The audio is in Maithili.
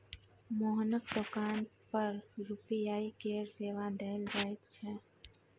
मोहनक दोकान पर यू.पी.आई केर सेवा देल जाइत छै